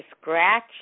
scratch